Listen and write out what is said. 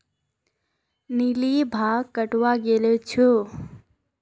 lily भांग कटावा गले छे